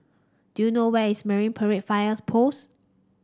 do you know where is Marine Parade Fires Post